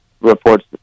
reports